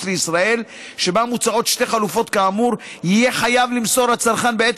לישראל שבה מוצעות שתי חלופות כאמור יהיה חייב למסור לצרכן בעת